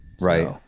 Right